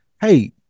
hey